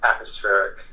atmospheric